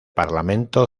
parlamento